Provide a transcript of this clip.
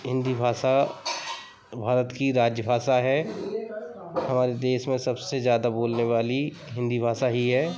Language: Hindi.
हिन्दी भाषा भारत की राज्य भाषा है हमारे देश में सबसे ज़्यादा बोलने वाली हिन्दी भाषा ही है